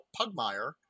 pugmire